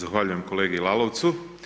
Zahvaljujem kolegi Lalovcu.